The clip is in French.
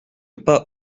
pas